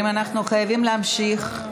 אני ממשיך.